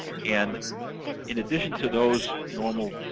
and in addition to those normal